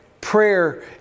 prayer